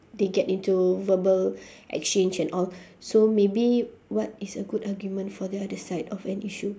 they get into verbal exchange and all so maybe what is a good argument for the other side of an issue